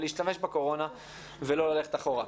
ולהשתמש בקורונה ולא ללכת אחורה.